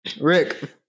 Rick